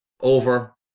over